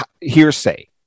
hearsay